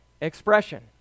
expression